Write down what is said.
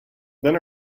then